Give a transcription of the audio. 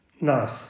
nice